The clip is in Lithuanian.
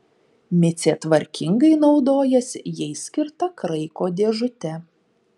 micė tvarkingai naudojasi jai skirta kraiko dėžute